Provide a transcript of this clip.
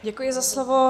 Děkuji za slovo.